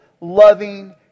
loving